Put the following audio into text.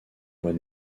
mois